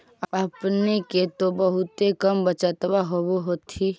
अपने के तो बहुते कम बचतबा होब होथिं?